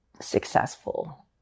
successful